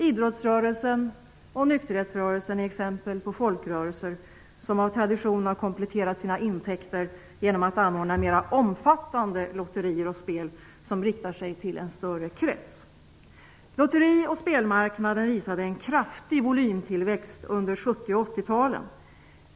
Idrottsrörelsen och nykterhetsrörelsen är exempel på folkrörelser som av tradition har kompletterat sina intäkter genom att anordna mera omfattande lotterier och spel som riktar sig till en större krets. Lotteri och spelmarknaden uppvisade en kraftig volymtillväxt under 1970 och 80-talen.